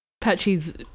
patchy's